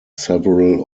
several